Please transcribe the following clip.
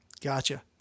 Gotcha